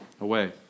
away